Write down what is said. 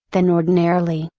than ordinarily.